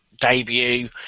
debut